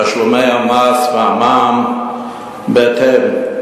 תשלומי המס והמע"מ בהתאם.